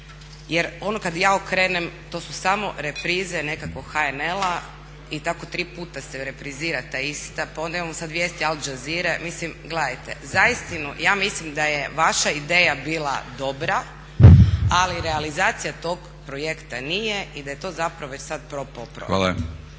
Jer ono kad ja okrenem to su samo reprize nekakvog HNL-a i tako tri puta se reprizira ta ista, pa onda imao sad vijesti Al jazeere, mislim gledajte, zaistinu ja mislim da je vaša ideja bila dobra, ali realizacija tog projekat nije i da je to zapravo propao projekat.